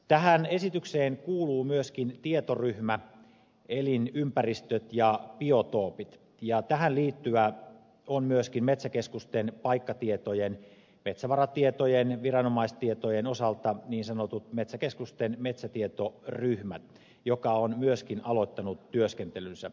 tähän esitykseen kuuluu myöskin tietoryhmä elinympäristöt ja biotoopit ja tähän liittyy myöskin metsäkeskusten paikkatietojen metsävaratietojen viranomaistietojen osalta niin sanottu metsäkeskusten metsätietoryhmä joka on myöskin aloittanut työskentelynsä